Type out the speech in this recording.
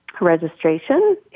registration